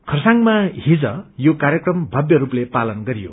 खरसाङ्मा हिज यो कार्यक्रम भव्यस्पले पालन गरियो